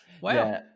wow